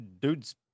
dude's